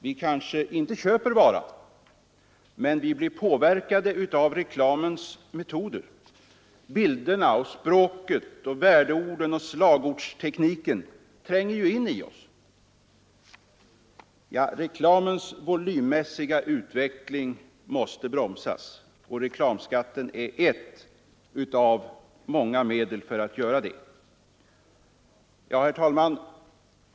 Vi kanske inte köper varan, men vi blir påverkade av reklamens metoder. Bilderna, språket, värdeorden och slagordstekniken tränger in i oss. Reklamens volymmässiga utveckling måste bromsas. Reklamskatten är ett av många medel för att göra det. Herr talman!